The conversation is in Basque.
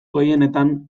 gehienetan